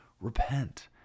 Repent